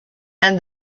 and